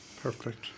Perfect